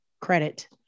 credit